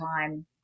time